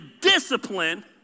discipline